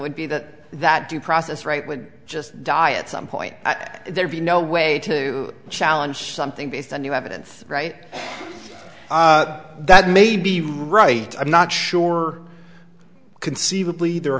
would be that that due process right would just die at some point that there be no way to challenge something based on you haven't right that may be right i'm not sure conceivably there are